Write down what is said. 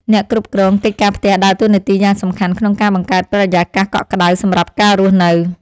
អ្នកគ្រប់គ្រងកិច្ចការផ្ទះដើរតួនាទីយ៉ាងសំខាន់ក្នុងការបង្កើតបរិយាកាសកក់ក្តៅសម្រាប់ការរស់នៅ។